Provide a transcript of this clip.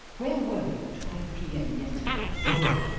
where were you at five pm yesterday? oh god,